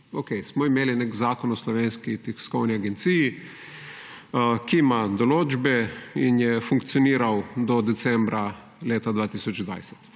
smo imeli nek zakon o Slovenski tiskovni agenciji, ki ima določbe in je funkcioniral do decembra leta 2020.